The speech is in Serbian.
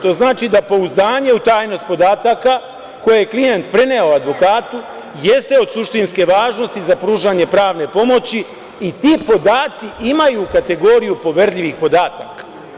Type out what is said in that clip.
To znači da pouzdanje u tajnost podataka koje je klijent preneo advokatu jeste od suštinske važnosti za pružanje pravne pomoći i ti podaci imaju kategoriju poverljivih podataka.